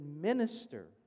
minister